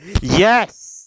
Yes